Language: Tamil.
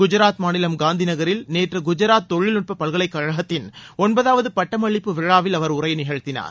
குஜராத் மாநிலம் காந்தி நகரில் நேற்று குஜராத் தொழில்நுட்ப பல்கலைக்கழகத்தின் ஒன்பதாவது பட்டமளிப்பு விழாவில் அவர் உரை நிகழ்தினார்